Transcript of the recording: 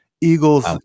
Eagles